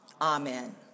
Amen